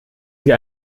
sie